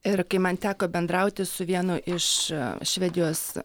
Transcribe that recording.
ir kai man teko bendrauti su vienu iš švedijos